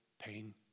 pain